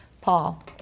Paul